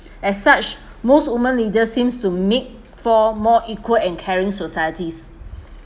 as such most women leaders seems to make for more equal and caring societies